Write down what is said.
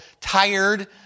tired